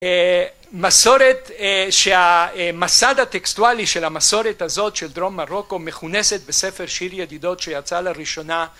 מסורת שהמסד הטקסטואלי של המסורת הזאת של דרום מרוקו מכונסת בספר שיר ידידות שיצא לראשונה